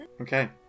Okay